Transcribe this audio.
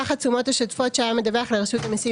סך התשומות השוטפות שהיה מדווח לרשות המסים